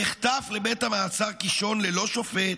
נחטף לבית המעצר קישון ללא שופט,